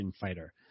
fighter